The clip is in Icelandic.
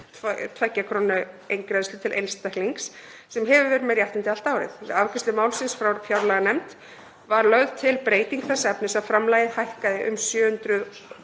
27.772 kr. eingreiðslu til einstaklings sem hefur verið með réttindi allt árið. Við afgreiðslu málsins frá fjárlaganefnd var lögð til breyting þess efnis að framlagið hækkaði um 780